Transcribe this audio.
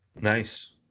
Nice